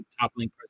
toppling